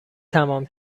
تمام